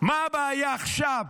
מה הבעיה עכשיו,